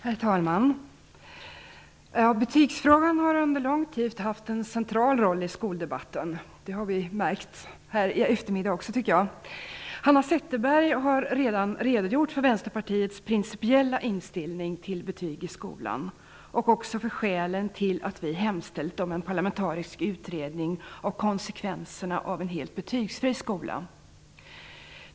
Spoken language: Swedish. Herr talman! Betygsfrågan har under lång tid haft en central roll i skoldebatten, det har vi märkt också här i eftermiddag. Hanna Zetterberg har redan redogjort för Vänsterpartiets principiella inställning till betyg i skolan och också för skälen till att vi hemställt om en parlamentarisk utredning om konsekvenserna av en helt betygsfri skola.